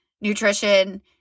nutrition